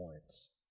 points